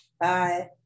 Bye